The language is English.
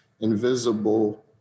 invisible